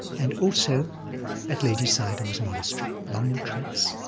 and also at ledi sayadaw's monastery, long retreats.